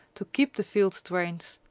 to keep the fields drained.